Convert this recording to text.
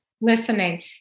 listening